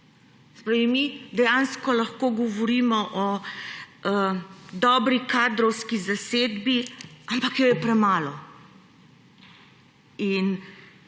Mi dejansko lahko govorimo o dobri kadrovski zasedbi, ampak jo je premalo. Ti